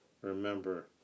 Remember